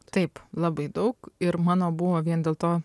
taip labai daug ir mano buvo vien dėl to